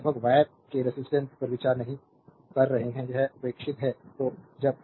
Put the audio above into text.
तो लगभग वायर के रेजिस्टेंस पर विचार नहीं कर रहे हैं यह उपेक्षित है